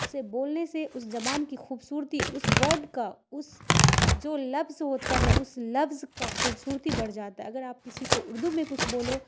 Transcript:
اسے بولنے سے اس زبان کی خوبصورتی اس ورڈ کا اس جو لفظ ہوتا ہے اس لفظ کا خوبصورتی بڑھ جاتا ہے اگر آپ کسی کو اردو میں کچھ بولو